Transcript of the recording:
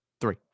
Three